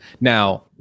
now